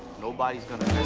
nobody's gonna